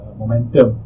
momentum